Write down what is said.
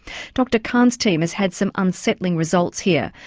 dr khan's team has had some unsettling results here.